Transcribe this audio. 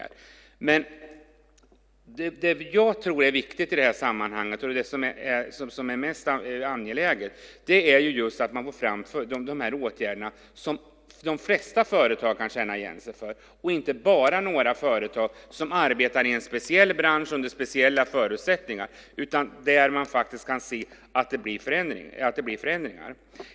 Det jag tror är viktigt i sammanhanget och mest angeläget är att få fram de åtgärder som de flesta företagen kan känna igen sig i, inte bara några företag som arbetar i en speciell bransch under speciella förutsättningar utan där man kan se att det blir förändringar.